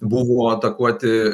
buvo atakuoti